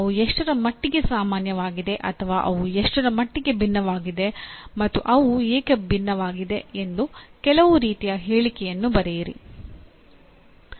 ಅವು ಎಷ್ಟರ ಮಟ್ಟಿಗೆ ಸಾಮಾನ್ಯವಾಗಿದೆ ಅಥವಾ ಅವು ಎಷ್ಟರ ಮಟ್ಟಿಗೆ ಭಿನ್ನವಾಗಿವೆ ಮತ್ತು ಅವು ಏಕೆ ಭಿನ್ನವಾಗಿವೆ ಎಂದು ಕೆಲವು ರೀತಿಯ ಹೇಳಿಕೆಯನ್ನು ಬರೆಯಿರಿ